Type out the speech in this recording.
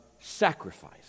sacrifice